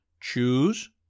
Choose